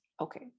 okay